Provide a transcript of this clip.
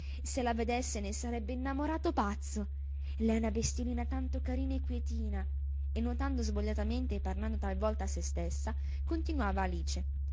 se la vedesse ne sarebbe innamorato pazzo la è una bestiolina tanto carina e quietina e nuotando svogliatamente e parlando talvolta a sè stessa continuava alice